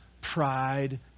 pride